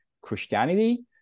Christianity